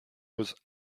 was